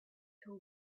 till